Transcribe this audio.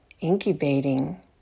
incubating